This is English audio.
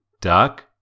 duck